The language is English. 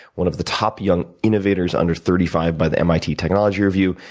one of the top young innovators under thirty five by the mit technology review,